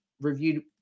reviewed